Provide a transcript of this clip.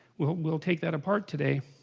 we'll we'll take that apart today?